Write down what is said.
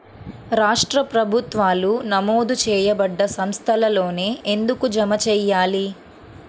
రాష్ట్ర ప్రభుత్వాలు నమోదు చేయబడ్డ సంస్థలలోనే ఎందుకు జమ చెయ్యాలి?